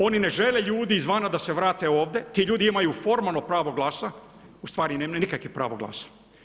Oni ne žele ljudi izvana da se vrate ovdje, ti ljudi imaju formalno pravo glasa, ustvari nemaju nikakvo pravo glasa.